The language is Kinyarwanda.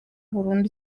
burundu